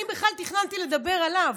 אני בכלל תכננתי לדבר עליו,